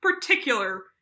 particular